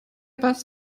was